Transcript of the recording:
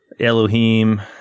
Elohim